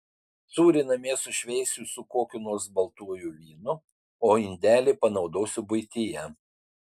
sūrį namie sušveisiu su kokiu nors baltuoju vynu o indelį panaudosiu buityje